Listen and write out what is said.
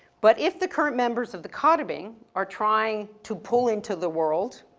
but if the current members of the cautabin are trying to pull into the world